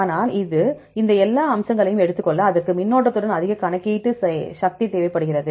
ஆனால் இந்த எல்லா அம்சங்களையும் எடுத்துக் கொள்ள அதற்கு மின்னோட்டத்துடன் அதிக கணக்கீட்டு சக்தி தேவைப்படுகிறது